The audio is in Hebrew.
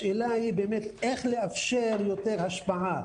השאלה היא איך לאפשר יותר השפעה?